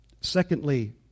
Secondly